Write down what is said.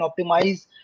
optimize